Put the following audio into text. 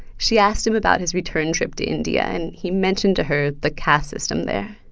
she asked him about his return trip to india, and he mentioned to her the caste system there,